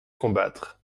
combattre